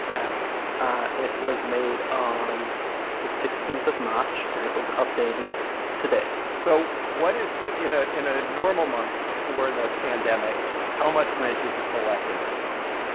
apt ah it was made on the sixteen of march, and it was updated today so what is like, in ah in a normal month before the pandemic, how much rent did you collect every month?